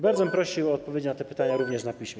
Bardzo bym prosił o odpowiedzi na te pytania również na piśmie.